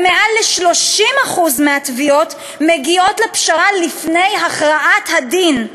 ויותר מ-30% מהתביעות מגיעות לפשרה לפני הכרעת הדין.